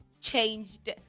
changed